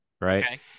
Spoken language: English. right